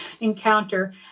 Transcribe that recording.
encounter